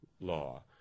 law